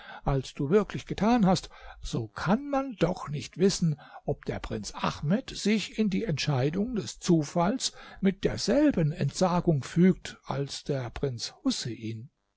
als du wirklich getan hast so kann man doch nicht wissen ob der prinz ahmed sich in die entscheidung des zufalls mit derselben entsagung fügt als der prinz husein